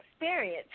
experience